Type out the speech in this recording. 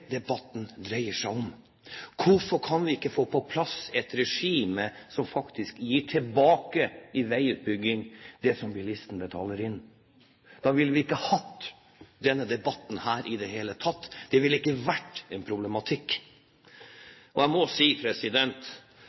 debatten dreier seg om. Hvorfor kan vi ikke få på plass et regime som faktisk gir tilbake i form av veiutbygging det som bilisten betaler inn? Da ville vi ikke hatt denne debatten her i det hele tatt. Det ville ikke vært en problematikk. Man bruker tiden på denne talerstolen til å si